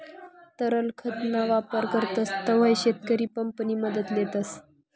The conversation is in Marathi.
तरल खत ना वापर करतस तव्हय शेतकरी पंप नि मदत लेतस